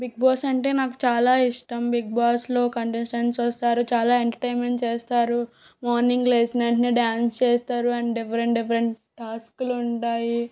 big Boss అంటే నాకు చాలా ఇష్టం బిగ్ బాస్లో కంటేస్టన్స్ వస్తారు చాలా ఎంటర్టైన్మెంట్ చేస్తారు మార్నింగ్ లేచిన వెంటనే డ్యాన్స్ చేస్తారు అండ్ డిఫరెంట్ డిఫరెంట్ టాస్కులు ఉంటాయి